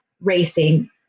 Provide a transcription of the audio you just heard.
racing